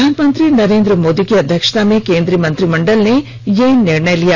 प्रधानमंत्री नरेंद्र मोदी की अध्यक्षता में केंद्रीय मंत्रिमंडल ने यह निर्णय लिया